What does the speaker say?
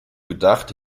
gedacht